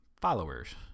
followers